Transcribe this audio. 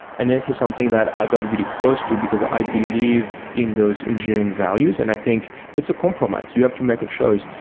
and this is something that i got really close to, because i believe in those engineering values and i think it's a compromise. you have to make a choice,